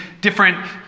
different